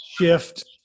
shift